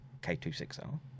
k26r